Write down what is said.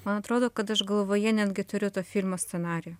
man atrodo kad aš galvoje netgi turiu to filmo scenarijų